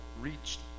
reached